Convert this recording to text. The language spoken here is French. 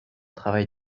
travail